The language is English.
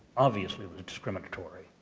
obviously was discriminatory